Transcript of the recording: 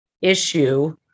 issue